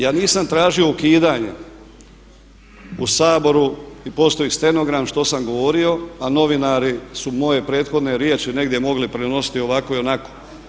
Ja nisam tražio ukidanje u Saboru i postoji stenogram što sam govorio, a novinari su moje prethodne riječi negdje mogli prenositi ovako i onako.